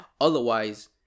otherwise